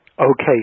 Okay